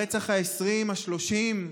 הרצח ה-20, ה-30,